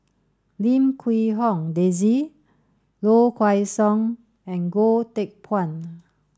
Lim Quee Hong Daisy Low Kway Song and Goh Teck Phuan